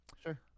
sure